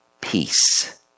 peace